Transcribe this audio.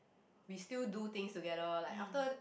we still do things together like after